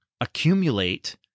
accumulate